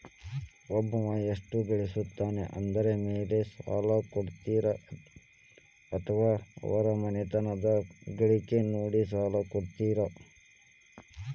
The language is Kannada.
ಒಬ್ಬವ ಎಷ್ಟ ಗಳಿಸ್ತಾನ ಅದರ ಮೇಲೆ ಸಾಲ ಕೊಡ್ತೇರಿ ಅಥವಾ ಅವರ ಮನಿತನದ ಗಳಿಕಿ ನೋಡಿ ಸಾಲ ಕೊಡ್ತಿರೋ?